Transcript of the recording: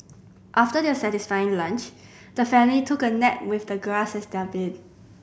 after their satisfying lunch the family took a nap with the grass as their bed